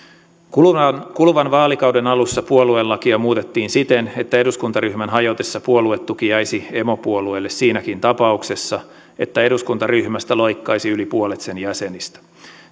kuluvan kuluvan vaalikauden alussa puoluelakia muutettiin siten että eduskuntaryhmän hajotessa puoluetuki jäisi emopuolueelle siinäkin tapauksessa että eduskuntaryhmästä loikkaisi yli puolet sen jäsenistä